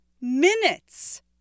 minutes